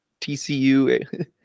TCU